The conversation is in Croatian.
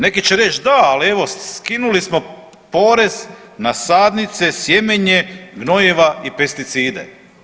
Neki će reći da, ali evo skinuli smo porez na sadnice, sjemenje gnojiva i pesticide.